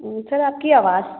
sir आपकी आवाज